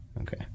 Okay